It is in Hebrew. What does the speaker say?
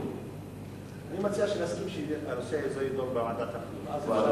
אני מציע שנסכים שהנושא הזה יידון בוועדת הפנים.